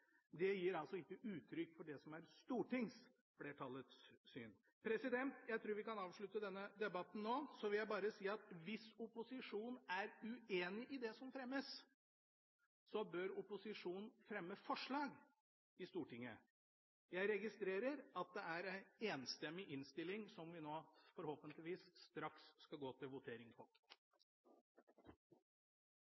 gir altså ikke uttrykk for det som er stortingsflertallets syn. Jeg trur vi kan avslutte denne debatten nå. Så vil jeg bare si at hvis opposisjonen er uenig i det som fremmes, bør opposisjonen fremme forslag i Stortinget. Jeg registrerer at det er en enstemmig innstilling som vi nå forhåpentligvis straks skal gå til votering